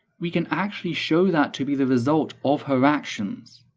we can actually show that to be the result of her actions.